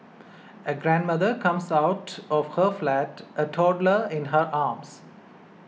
a grandmother comes out of her flat a toddler in her arms